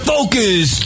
Focus